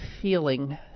feeling